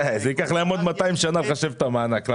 זה ייקח לכם עוד 200 שנים לחשב את המענק.